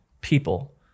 people